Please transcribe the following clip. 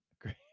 Great